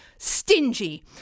Stingy